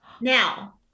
Now